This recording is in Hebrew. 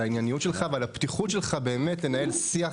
על הענייניות שלך ועל הפתיחות שלך לנהל שיח